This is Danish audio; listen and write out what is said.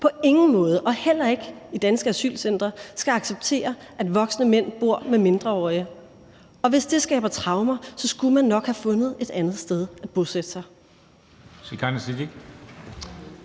på ingen måde og heller ikke i danske asylcentre skal acceptere, at voksne mænd bor med mindreårige. Og hvis det skaber traumer, skulle man nok have fundet et andet sted at bosætte sig.